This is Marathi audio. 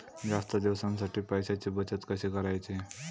जास्त दिवसांसाठी पैशांची बचत कशी करायची?